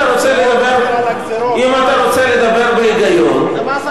אבל אם אתה רוצה לדבר בהיגיון, אם אתה,